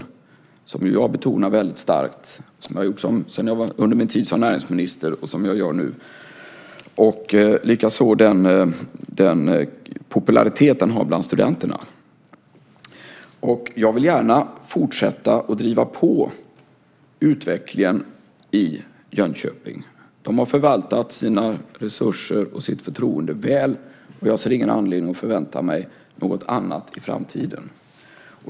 Det är något som jag betonar väldigt starkt, och som jag gjorde under min tid som näringsminister och som jag gör nu. Det gäller likaså den popularitet den har bland studenterna. Jag vill gärna fortsätta att driva på utveckling i Jönköping. De har förvaltat sina resurser och sitt förtroende väl. Jag ser ingen anledning att förvänta mig något annat i framtiden.